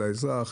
על האזרח.